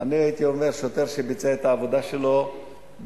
אני הייתי אומר: שוטר שביצע את העבודה שלו בתפקיד.